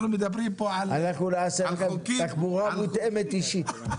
אנחנו מדברים פה על חוקים --- אנחנו נעשה לכם תחבורה מותאמת אישית,